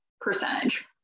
percentage